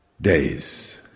days